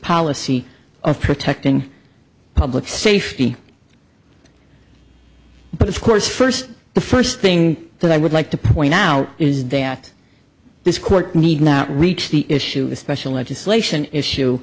policy of protecting public safety but of course first the first thing that i would like to point out is that this court need not reach the issue of the special legislation issue